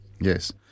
Yes